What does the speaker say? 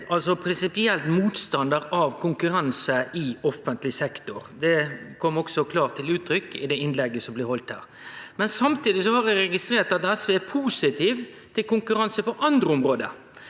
er prinsipiell motstandar av konkurranse i offentleg sektor. Det kom også klart til uttrykk i det innlegget som blei halde her. Men samtidig har eg registrert at SV er positiv til konkurranse på andre område.